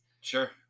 Sure